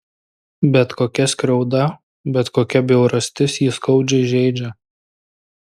bet kokia skriauda bet kokia bjaurastis jį skaudžiai žeidžia